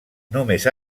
només